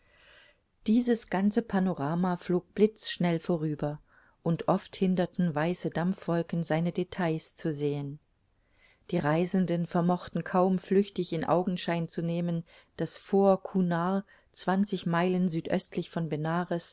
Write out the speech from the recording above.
dieses ganze panorama flog blitzschnell vorüber und oft hinderten weiße dampfwolken seine details zu sehen die reisenden vermochten kaum flüchtig in augenschein zu nehmen das fort chunar zwanzig meilen südöstlich von benares